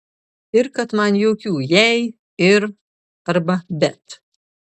ir kad man jokių jei ir arba bet